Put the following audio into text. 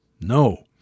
No